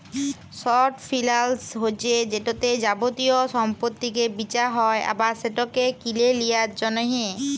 short ফিলালস হছে যেটতে যাবতীয় সম্পত্তিকে বিঁচা হ্যয় আবার সেটকে কিলে লিঁয়ার জ্যনহে